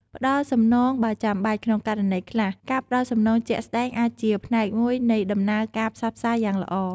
ផ្តល់សំណងបើចាំបាច់ ក្នុងករណីខ្លះ ការផ្តល់សំណងជាក់ស្តែងអាចជាផ្នែកមួយនៃដំណើរការផ្សះផ្សាយ៉ាងល្អ។